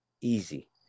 easy